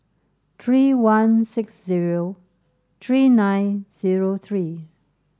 three one six zero three nine zero three